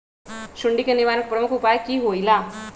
सुडी के निवारण के प्रमुख उपाय कि होइला?